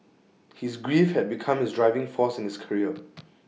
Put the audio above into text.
his grief had become his driving force in his career